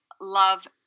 love